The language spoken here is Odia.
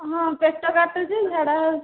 ହଁ ପେଟ କାଟୁଛି ଝାଡ଼ା ହେଉଛି